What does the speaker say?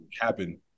happen